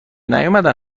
نیومدن